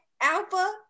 alpha